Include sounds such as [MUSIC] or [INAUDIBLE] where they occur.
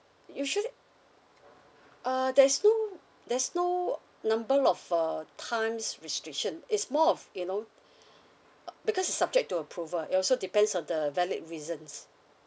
you should uh there is no there's no number of uh times restriction it's more of you know [NOISE] because is subject to approval it also depends on the valid reasons